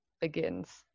begins